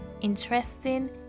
interesting